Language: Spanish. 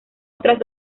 otras